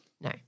No